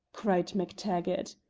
cried mac-taggart.